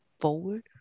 forward